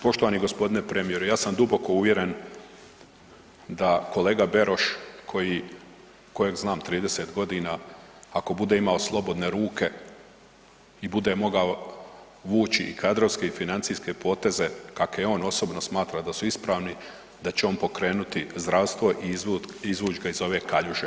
Poštovani g. premijeru, ja sam duboko uvjeren da kolega Beroš kojeg znam 30 g., ako bude imao slobodne ruke i bude mogao vući i kadrovske i financijske poteze kakve on osobno smatra da su ispravni, da će on pokrenuti zdravstvo i izvuć ga iz ove kaljuže.